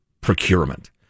procurement